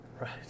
right